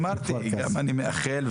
לכן אמרתי שאני מאחל את זה.